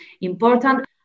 important